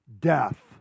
death